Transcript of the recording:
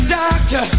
doctor